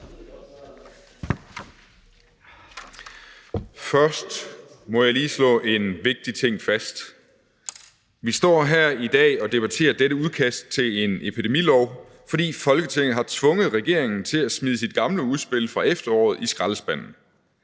Først må jeg lige slå en vigtig ting fast: Vi står her i dag og debatterer dette udkast til en epidemilov, fordi Folketinget har tvunget regeringen til at smide sit gamle udspil fra efteråret i skraldespanden.